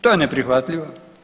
To je neprihvatljivo.